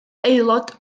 aelod